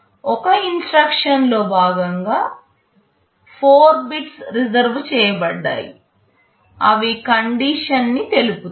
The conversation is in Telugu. ఒక ఇన్స్ట్రక్షన్ లో భాగంగా 4 బిట్స్ రిజర్వు చేయబడ్డాయి అవి కండిషన్ ని తెలుపుతాయి